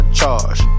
charge